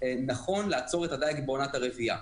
נכון לעצור את הדייג בעונת הרבייה.